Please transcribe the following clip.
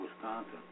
Wisconsin